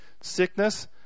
Sickness